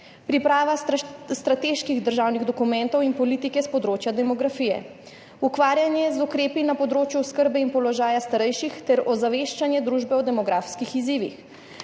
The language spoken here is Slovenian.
priprava strateških državnih dokumentov in politike s področja demografije, ukvarjanje z ukrepi na področju oskrbe in položaja starejših ter ozaveščanje družbe o demografskih izzivih,